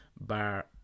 bar